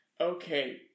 okay